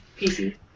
PC